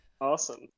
Awesome